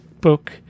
book